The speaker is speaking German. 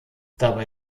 dabei